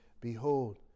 Behold